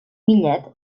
millet